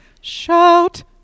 Shout